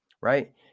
Right